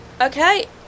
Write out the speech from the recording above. Okay